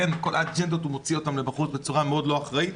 את כל האג'נדות הוא מוציא החוצה בצורה מאוד לא אחראית.